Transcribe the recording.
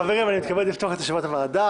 חברים, אני מתכבד לפתוח את ישיבת ועדת הכנסת.